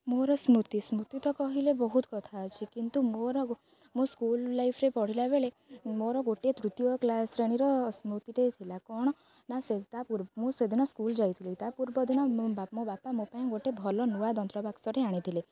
ମୋର ସ୍ମୃତି ସ୍ମୃତି ତ କହିଲେ ବହୁତ କଥା ଅଛି କିନ୍ତୁ ମୋର ମୋ ସ୍କୁଲ ଲାଇଫରେ ପଢ଼ିଲା ବେଳେ ମୋର ଗୋଟଏ ତୃତୀୟ କ୍ଲାସ ଶ୍ରେଣୀର ସ୍ମୃତିଟେ ଥିଲା କ'ଣ ନା ସେ ତା ମୁଁ ସେଦିନ ସ୍କୁଲ ଯାଇଥିଲି ତା ପୂର୍ବ ଦିନ ମୋ ବାପା ମୋ ପାଇଁ ଗୋଟେ ଭଲ ନୂଆ ଯନ୍ତ୍ରବାକ୍ସଟେ ଆଣିଥିଲେ